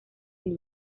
lee